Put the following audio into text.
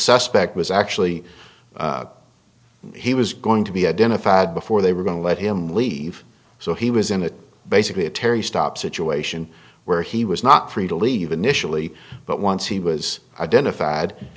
suspect was actually he was going to be identified before they were going to let him leave so he was in a basically a terry stop situation where he was not free to leave initially but once he was identified